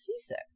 seasick